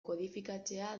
kodifikatzea